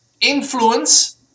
influence